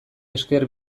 esker